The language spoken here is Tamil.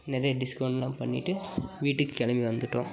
நிறையா டிஸ்கவுண்ட்லாம் பண்ணிவிட்டு வீட்டுக்கு கிளம்பி வந்துவிட்டோம்